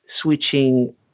switching